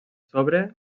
sobre